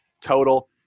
total